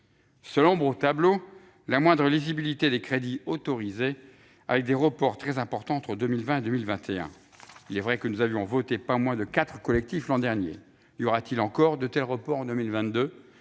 ombre au tableau, la moindre lisibilité des crédits autorisés, avec des reports très importants entre 2020 et 2021. Il est vrai que nous avions voté pas moins de quatre collectifs budgétaires l'an dernier ! De tels reports seront-ils